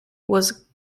was